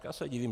Já se divím.